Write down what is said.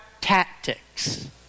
tactics